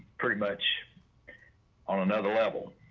pretty much on another level